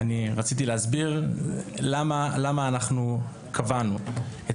אני רציתי להסביר למה אנחנו קבענו את